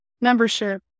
membership